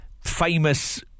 famous